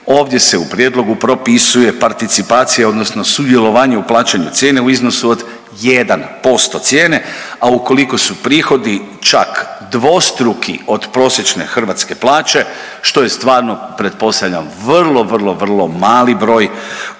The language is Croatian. ovdje se u prijedlogu propisuje participacija, odnosno sudjelovanje u plaćanju cijene u iznosu od 1% cijene, a ukoliko su prihodi čak dvostruki od prosječne hrvatske plaće što je stvarno pretpostavljam vrlo, vrlo, vrlo mali broj